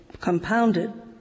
compounded